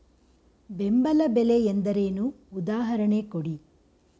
ಬೆಂಬಲ ಬೆಲೆ ಎಂದರೇನು, ಉದಾಹರಣೆ ಕೊಡಿ?